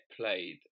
played